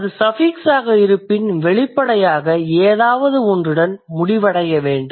அது சஃபிக்ஸ் ஆக இருப்பின் வெளிப்படையாக ஏதாவது ஒன்றுடன் முடிவடைய வேண்டும்